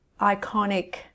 iconic